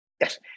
Yes